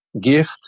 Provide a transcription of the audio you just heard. gift